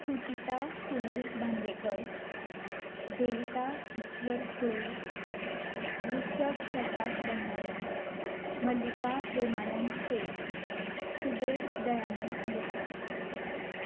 Suchita Sunil Bandekar Devita Ishwar Khule Vrushabh Prakash Bhandari Mallika Premanand Shet Subhesh Dayanand Desai